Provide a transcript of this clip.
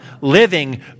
living